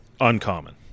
uncommon